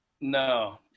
No